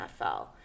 NFL